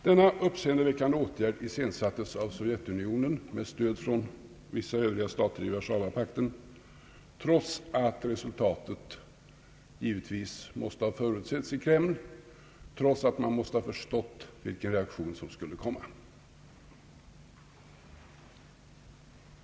Denna uppseendeväckande åtgärd genomfördes av Sovjetunionen med stöd från vissa andra stater i Warszawapakten trots att resultatet givetvis måste ha förutsetts i Kreml, trots att man måste ha förstått vilken reaktion som skulle komma.